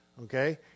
Okay